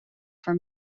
for